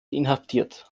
inhaftiert